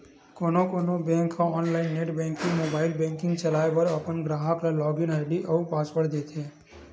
कोनो कोनो बेंक ह online net banking, mobile banking चलाए बर अपन गराहक ल लॉगिन आईडी अउ पासवर्ड देथे